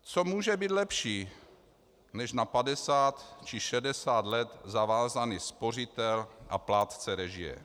Co může být lepší než na 50 či 60 let zavázaný spořitel a plátce režie?